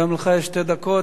גם לך יש שתי דקות.